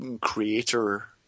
creator